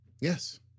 Yes